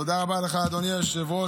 תודה רבה לך, אדוני היושב-ראש.